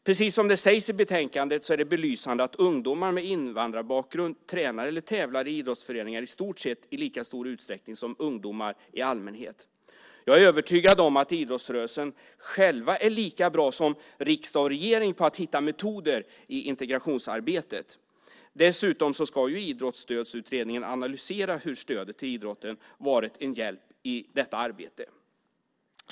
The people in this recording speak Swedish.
Precis som det sägs i betänkandet är det belysande att ungdomar med invandrarbakgrund tränar eller tävlar i idrottsföreningar i stort sett i lika stor utsträckning som ungdomar i allmänhet. Jag är övertygad om att man i idrottsrörelsen själv är lika bra som riksdag och regering på att hitta metoder i integrationsarbetet. Dessutom ska ju Idrottsstödsutredningen analysera hur stödet till idrotten har varit till hjälp i detta arbete.